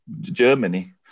Germany